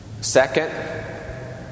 Second